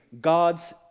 God's